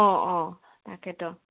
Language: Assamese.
অঁ অঁ তাকেইতো